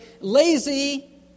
lazy